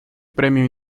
premio